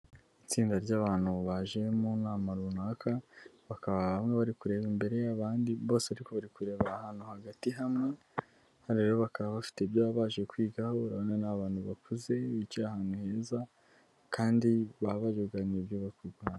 Itsinda ry'abantu baje mu nama runaka, bakaba bamwe bari kureba imbere abandi, bose ariko bari kureba ahantu hagati hamwe, aha rero bakaba bafite ibyo baje kwigaho urabona ni abantu bakuze, bicaye ahantu heza, kandi baba baje kuganira ibyubaka u Rwanda.